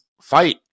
fight